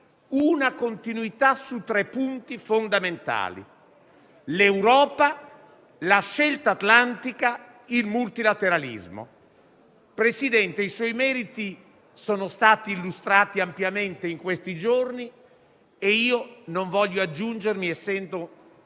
una continuità su tre punti fondamentali: l'Europa, la scelta atlantica, il multilateralismo. Presidente, i suoi meriti sono stati illustrati ampiamente in questi giorni, non voglio aggiungermi al coro